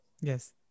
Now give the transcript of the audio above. Yes